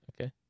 Okay